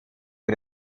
für